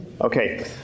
Okay